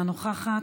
אינה נוכחת.